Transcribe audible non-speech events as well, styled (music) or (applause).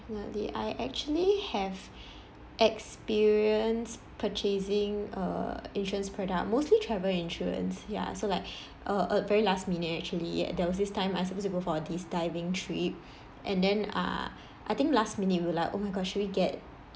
really I actually have experience purchasing err insurance product mostly travel insurance ya so like (breath) uh uh very last minute actually ya there was this time I suppose you go for this diving trip (breath) and then uh I think last minute I realise oh my gosh should we get